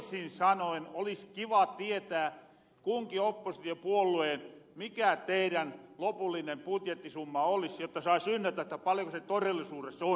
toisin sanoen olis kiva tietää mikä kunkin oppositiopuolueen lopullinen butjettisumma olis jotta sais ynnätä että paljonko se torellisuures on